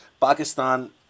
Pakistan